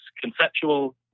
conceptual